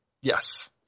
Yes